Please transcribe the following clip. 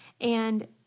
and-